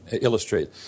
illustrate